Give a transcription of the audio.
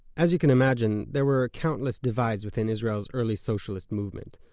as you can imagine, there were countless divides within israel's early socialist movement.